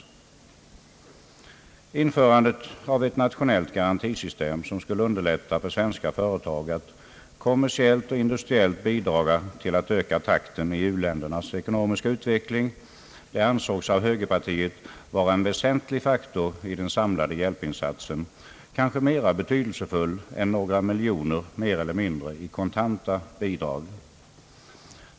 Införandet av ett nationellt garanti system som skulle underlätta för svenska företag att kommersiellt och industriellt bidraga till att öka takten i uländernas ekonomiska utveckling ansågs av högerpartiet vara en väsentlig faktor i den samlade hjälpinsatsen, kanske mera betydelsefull än några miljoner mer eller mindre i kontanta bidrag.